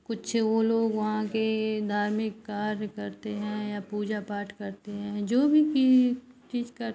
कुछ वह लोग वहाँ के धार्मिक कार्य करते हैं या पूजा पाठ करते हैं जो भी चीज़ करते हैं